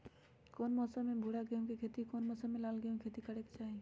कौन मौसम में भूरा गेहूं के खेती और कौन मौसम मे लाल गेंहू के खेती करे के चाहि?